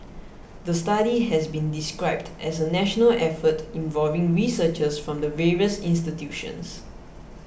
the study has been described as a national effort involving researchers from the various institutions